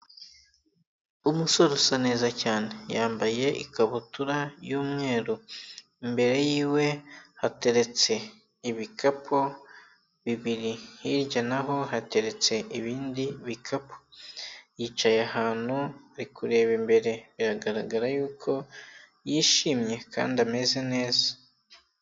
Umusore usa neza cyane, yambaye ikabutura y'umweru, imbere y'iwe hateretse ibikapu bibiri, hirya naho hateretse ibindi bikapu, yicaye ahantu ari kurebareba imbere, biragaragara y'uko yishimye kandi ameze neza.